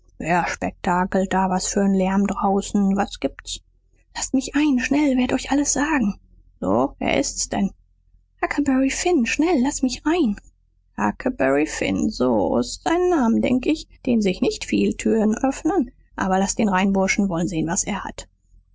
spektakelt da was für'n lärm draußen was gibt's laßt mich ein schnell werd euch alles sagen so wer ist's denn huckleberry finn schnell laß mich rein huckleberry finn so s ist ein name denk ich dem sich nicht viel türen öffnen aber laßt ihn rein burschen woll'n sehen was er hat